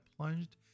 plunged